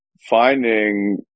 Finding